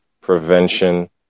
prevention